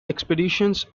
expeditions